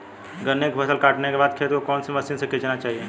गन्ने की फसल काटने के बाद खेत को कौन सी मशीन से सींचना चाहिये?